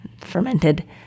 Fermented